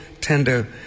tender